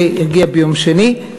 זה יגיע ביום שני.